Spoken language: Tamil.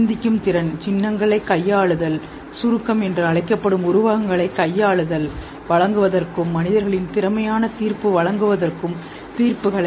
சிந்திக்கும் திறன் சின்னங்களைக் கையாளுதல் சுருக்கம் என்று அழைக்கப்படும் உருவகங்களைக் கையாளுதல்வழங்குவதற்கும் மனிதர்களின் திறமையா தீர்ப்பு வழங்குவதற்கும் தீர்ப்புகளை